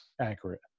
accurate